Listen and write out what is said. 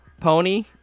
Pony